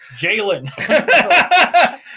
Jalen